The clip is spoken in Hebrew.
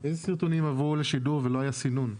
איזה סרטונים עברו לשידור ולא היה סינון?